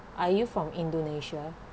are you from indonesia